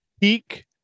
Peak